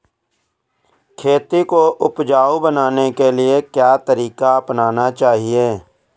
खेती को उपजाऊ बनाने के लिए क्या तरीका अपनाना चाहिए?